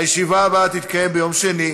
הישיבה הבאה תתקיים ביום שני,